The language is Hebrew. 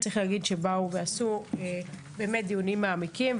צריך להגיד שנעשו באמת דיונים מעמיקים,